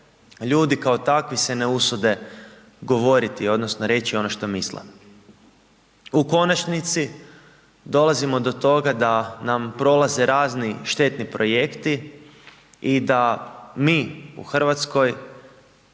ljudi kao takvi se ne usude govoriti odnosno reći ono što misle. U konačnici dolazimo do toga da nam prolaze razni štetni projekti i da mi u Hrvatskoj